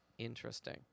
Interesting